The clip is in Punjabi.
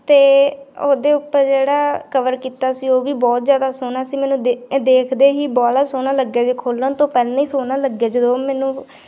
ਅਤੇ ਉਹਦੇ ਉੱਪਰ ਜਿਹੜਾ ਕਵਰ ਕੀਤਾ ਸੀ ਉਹ ਵੀ ਬਹੁਤ ਜ਼ਿਆਦਾ ਸੋਹਣਾ ਸੀ ਮੈਨੂੰ ਦੇ ਦੇਖਦੇ ਹੀ ਬਾਲਾ ਸੋਹਣਾ ਲੱਗਿਆ ਗਿਆ ਖੋਲ੍ਹਣ ਤੋਂ ਪਹਿਲਾਂ ਹੀ ਸੋਹਣਾ ਲੱਗਿਆ ਜਦੋਂ ਉਹ ਮੈਨੂੰ